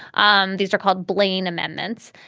um these are called blaine amendments.